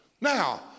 Now